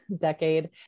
decade